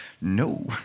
No